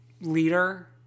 leader